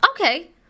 Okay